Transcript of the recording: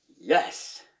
Yes